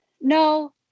No